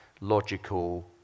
logical